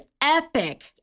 epic